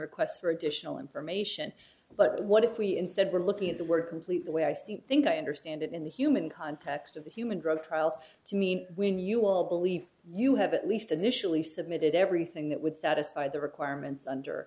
requests for additional information but what if we instead were looking at the word complete the way i see think i understand it in the human context of the human drug trials to mean when you will believe you have at least initially submitted everything that would satisfy the requirements under